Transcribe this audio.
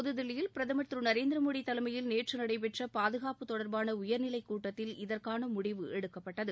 புதுதில்லியில் பிரதமர் திரு நரேந்திர மோடி தலைமையில் நேற்று நடைபெற்ற பாதுகாப்பு தொடர்பான உயர்நிலைக் கூட்டத்தில் இதற்கான முடிவு எடுக்கப்பட்டது